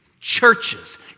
Churches